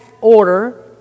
order